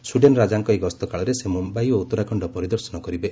Sweden ରାଜାଙ୍କ ଏହି ଗସ୍ତକାଳରେ ସେ ମୁମ୍ୟାଇ ଓ ଉତ୍ତରାଖଣ୍ଡ ପରିଦର୍ଶନ କରିବେ